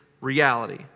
reality